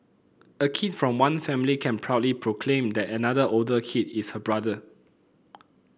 a kid from one family can proudly proclaim that another older kid is her brother